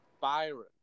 Byron